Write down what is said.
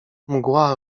mgła